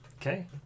Okay